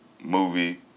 movie